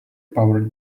powered